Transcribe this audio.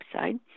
website